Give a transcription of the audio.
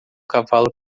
cavalo